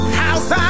house